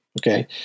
Okay